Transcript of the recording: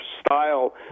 style